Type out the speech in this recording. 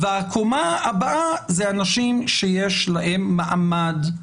הקומה הבאה זה אנשים שיש להם מעמד,